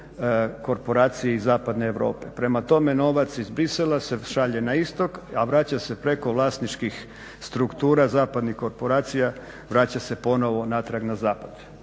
korporacije iz zapadne Europe. Prema tome novac iz Bruxellesa se šalje na istok, a vraća se preko vlasničkih struktura zapadnih korporacija, vraća se ponovo natrag na zapad.